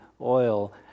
oil